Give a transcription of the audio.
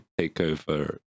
takeover